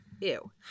ew